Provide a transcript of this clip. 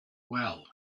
well